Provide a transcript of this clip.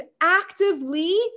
actively